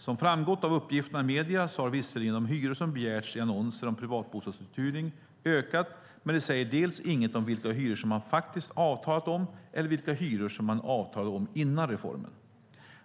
Som framgått av uppgifterna i medierna har visserligen de hyror som begärts i annonser om privatbostadsuthyrning ökat, men det säger inget om vilka hyror som man faktiskt avtalat om eller vilka hyror som man avtalade om före reformen.